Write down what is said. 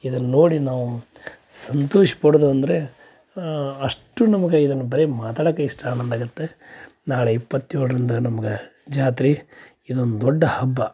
ಇದನ್ನು ನೋಡಿ ನಾವು ಸಂತೋಷಪಡೋದಂದರೆ ಅಷ್ಟು ನಮಗೆ ಇದನ್ನು ಬರೀ ಮಾತಾಡೋಕ್ಕೇ ಇಷ್ಟು ಆನಂದ ಆಗುತ್ತೆ ನಾಳೆ ಇಪ್ಪತ್ತೇಳರಿಂದ ನಮ್ಗೆ ಜಾತ್ರೆ ಇದೊಂದು ದೊಡ್ಡ ಹಬ್ಬ